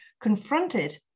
confronted